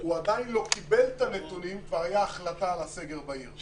הוא עדיין לא קיבל את הנתונים וכבר הייתה החלטה על סגר בעיר.